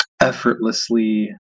effortlessly